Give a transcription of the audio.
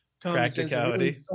Practicality